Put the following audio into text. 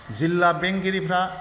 जिल्ला बेंगिरिफोरा